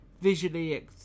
visually